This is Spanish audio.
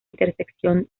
intersección